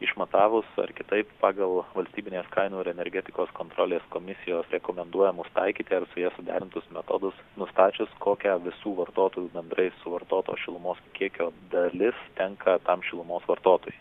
išmatavus ar kitaip pagal valstybinės kainų ir energetikos kontrolės komisijos rekomenduojamus taikyti ar su ja suderintus metodus nustačius kokią visų vartotojų bendrai suvartoto šilumos kiekio dalis tenka tam šilumos vartotojui